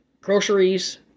groceries